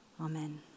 Amen